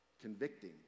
convicting